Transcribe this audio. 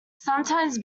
sometimes